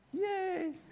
Yay